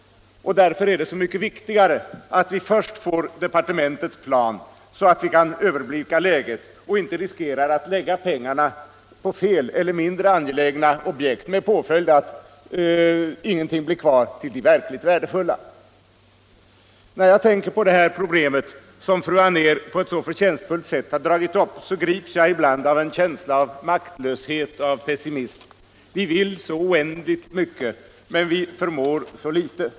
Därför är det så mycket viktigare att vi först får departementets plan, så att vi kan överblicka läget och inte riskerar att lägga pengarna på mindre angelägna objekt, med påföljd att ingenting blir kvar till de verkligt värdefulla. När jag tänker på det problem som fru Anér så förtjänstfullt har dragit upp, grips jag ibland av en känsla av maktlöshet och pessimism. Vi vill så oändligt mycket, men vi förmår så litet.